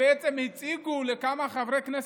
הם בעצם הם פנו לכמה חברי כנסת,